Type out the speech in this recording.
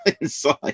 inside